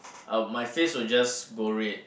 I'll my face will just go red